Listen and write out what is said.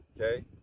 okay